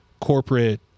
corporate